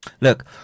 Look